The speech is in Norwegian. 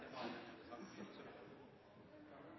Et eksempel er